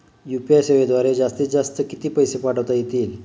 UPI सेवेद्वारे जास्तीत जास्त किती पैसे पाठवता येतील?